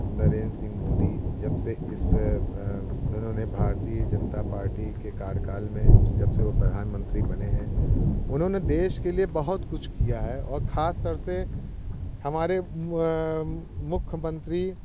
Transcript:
नरेंद्र सिंह मोदी जब से इस उन्होंने भारतीय जनता पार्टी के कार्यकाल में जब से वो प्रधानमंत्री बने है उन्होंने देश के लिए बहुत कुछ किया है और खास तौर से हमारे मुख्यमंत्री